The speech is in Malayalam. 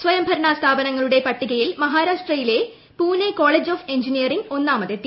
സ്വയംഭരണ സ്ഥാപനങ്ങളുടെ പട്ടികയിൽ ് മഹ്ാരാഷ്ട്രയിലെ പൂനെ കോളേജ് ഓഫ് എഞ്ചിനീയറിംഗും ഒന്നാമതെത്തി